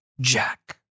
Jack